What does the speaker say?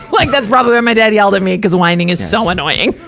like, that's probably why my dad yelled at me, cuz whining is so annoying.